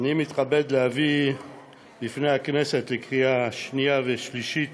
אני מתכבד להביא בפני הכנסת לקריאה שנייה ושלישית